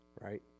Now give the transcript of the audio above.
Right